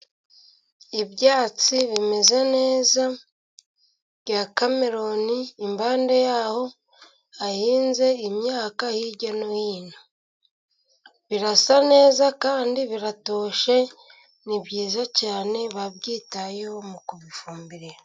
Ibyatsi bimeze neza bya kameroni. Impande yaho hahinze imyaka. Hirya no hino birasa neza kandi biratoshye, ni byiza cyane babyitayeho mu kubifumbira.